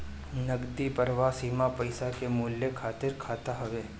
नगदी प्रवाह सीमा पईसा के मूल्य खातिर खाता हवे